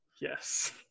yes